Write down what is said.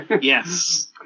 Yes